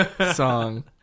song